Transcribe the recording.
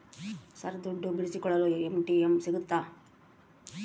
Sir ದುಡ್ಡು ಬಿಡಿಸಿಕೊಳ್ಳಲು ATM ಸಿಗುತ್ತಾ?